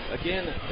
Again